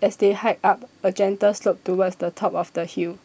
as they hiked up a gentle slope towards the top of the hill